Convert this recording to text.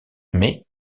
mais